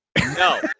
no